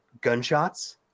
gunshots